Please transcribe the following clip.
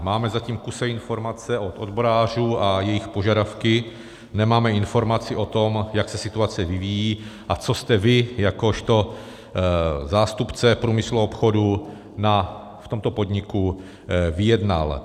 Máme zatím kusé informace od odborářů a jejich požadavky, nemáme informaci o tom, jak se situace vyvíjí a co jste vy jakožto zástupce průmyslu a obchodu v tomto podniku vyjednal.